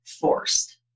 Forced